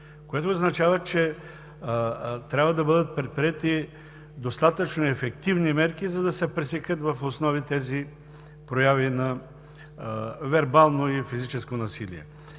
Това означава, че трябва да бъдат предприети достатъчно ефективни мерки, за да се пресекат в основи тези прояви на вербално и физическо насилие.